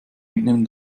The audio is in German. mitnehmen